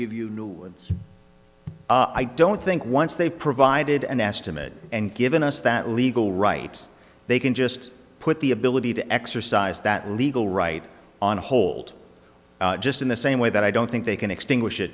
give you new ones i don't think once they've provided an estimate and given us that legal rights they can just put the ability to exercise that legal right on hold just in the same way that i don't think they can extinguish